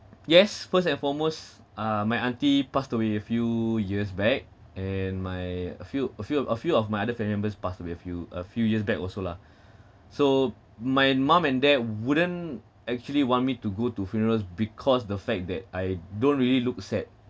yes first and foremost uh my auntie passed away a few years back and my a few a few a few of my other family members passed away few a few years back also lah so my mum and dad wouldn't actually want me to go to funerals because the fact that I don't really looks sad